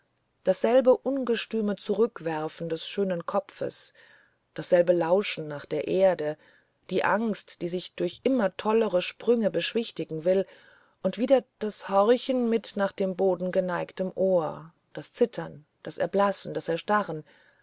dasselbe ungestüme zurückwerfen des schönen kopfes dasselbe lauschen nach der erde die angst die sich durch immer tollere sprünge beschwichtigen will und wieder das horchen mit nach dem boden geneigtem ohr das zittern das erblassen das erstarren